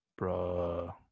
bruh